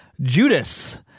Judas